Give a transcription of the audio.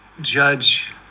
judge